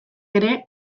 ere